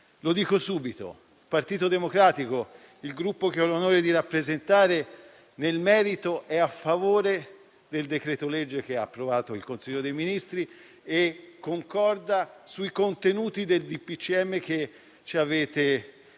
Lo dico subito: il Partito Democratico, il Gruppo che ho l'onore di rappresentare, nel merito è a favore del decreto-legge approvato dal Consiglio dei ministri e concorda sui contenuti del decreto